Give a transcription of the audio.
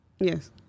Yes